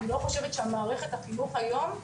אני לא חושבת שמערכת החינוך היום,